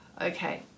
Okay